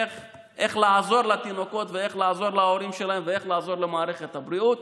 איך לעזור לתינוקות ואיך לעזור להורים שלהם ואיך לעזור למערכת הבריאות,